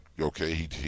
okay